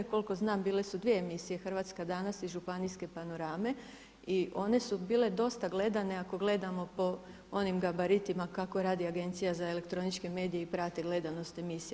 Koliko znam, bile su dvije emisije Hrvatska danas i Županijske panorame i one su bije dosta gledane, ako gledamo po onim gabaritima kako radi Agencija za elektroničke medije i prate gledanost emisija.